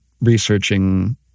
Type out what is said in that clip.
researching